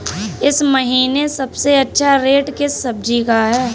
इस महीने सबसे अच्छा रेट किस सब्जी का है?